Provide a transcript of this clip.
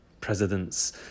presidents